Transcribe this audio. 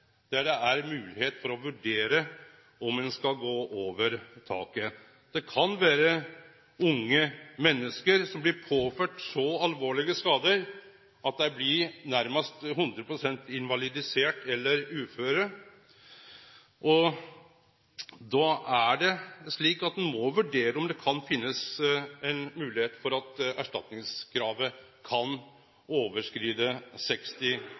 for å vurdere om ein skal gå over taket. Det kan vere unge menneske som blir påførde så alvorlege skadar at dei nærmast blir 100 pst. invalidiserte eller uføre. Da er det slik at ein må vurdere om det kan finnast moglegheit for om erstatningskravet kan overskride 60